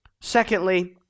Secondly